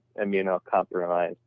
immunocompromised